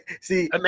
see